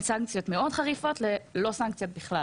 סנקציות מאוד חריפות ללא סנקציות בכלל.